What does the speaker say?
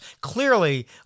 clearly